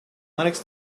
linux